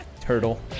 Turtle